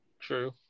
True